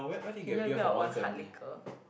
bring our own hard liquor